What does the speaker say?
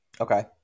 Okay